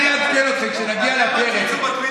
אני אעדכן אתכם כשנגיע לפרק,